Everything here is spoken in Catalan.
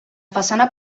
façana